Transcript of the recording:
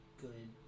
good